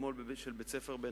אתמול של בית-ספר בנהרייה.